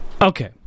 Okay